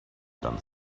done